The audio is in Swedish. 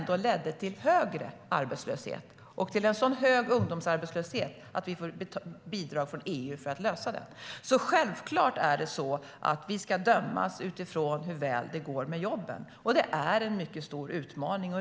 De ledde till högre arbetslöshet och till en så hög ungdomsarbetslöshet att vi får bidrag från EU för att komma till rätta med den. Självklart ska vi dömas utifrån hur väl det går med jobben. Det är en mycket stor utmaning.